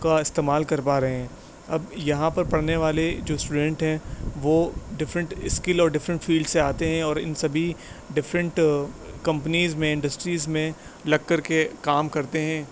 کا استعمال کر پا رہے ہیں اب یہاں پر پڑھنے والے جو اسٹوڈینٹ ہیں وہ ڈفرنٹ اسکل اور ڈفرنٹ فیلڈ سے آتے ہیں اور ان سبھی ڈفرنٹ کمپنیز میں انڈسٹریز میں لگ کر کے کام کرتے ہیں